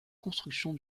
construction